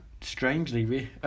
strangely